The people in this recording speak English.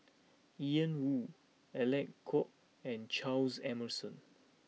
Ian Woo Alec Kuok and Charles Emmerson